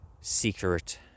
secret